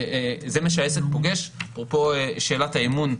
זה מה שהעסק פוגש, אפרופו שאלת האמון,